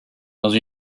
dans